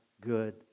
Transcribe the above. good